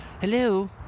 Hello